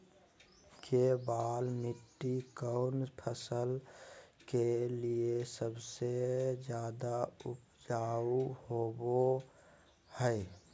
केबाल मिट्टी कौन फसल के लिए सबसे ज्यादा उपजाऊ होबो हय?